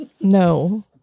No